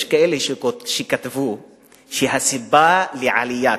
אני אומר כך: יש כאלה שכתבו שהסיבה לעלייה,